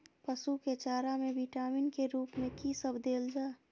पशु के चारा में विटामिन के रूप में कि सब देल जा?